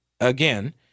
again